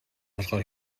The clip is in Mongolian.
болохоор